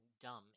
dumb